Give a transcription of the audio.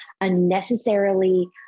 unnecessarily